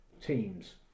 teams